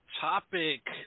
topic